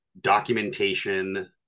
documentation